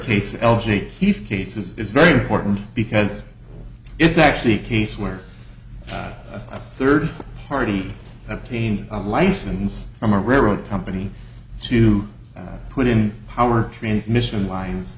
case l g he's case is very important because it's actually a case where a third party obtain a license from a railroad company to put in power transmission lines